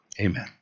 amen